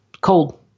Cold